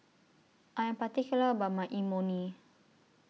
I Am particular about My Imoni